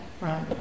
right